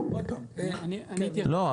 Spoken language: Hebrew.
לא,